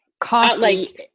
coffee